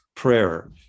prayer